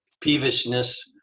peevishness